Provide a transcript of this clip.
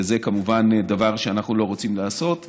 וזה כמובן דבר שאנחנו לא רוצים לעשות,